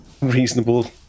reasonable